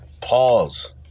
Pause